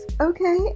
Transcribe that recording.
Okay